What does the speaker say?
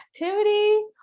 activity